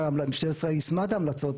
שמשטרת ישראל יישמה את ההמלצות,